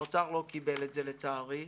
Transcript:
האוצר לא קיבל את זה, לצערי.